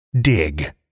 Dig